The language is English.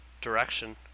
direction